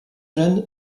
jeune